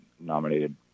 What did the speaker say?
nominated